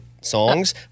songs